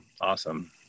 awesome